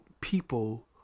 people